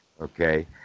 okay